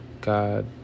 God